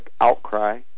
outcry